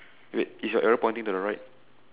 wait is your arrow pointing to the right